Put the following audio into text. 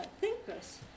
thinkers